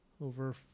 over